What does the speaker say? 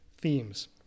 themes